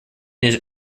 his